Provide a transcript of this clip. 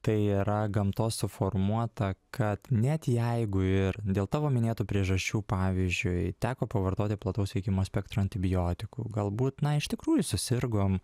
tai yra gamtos suformuota kad net jeigu ir dėl tavo minėtų priežasčių pavyzdžiui teko pavartoti plataus veikimo spektro antibiotikų galbūt na iš tikrųjų susirgom